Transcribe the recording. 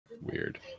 Weird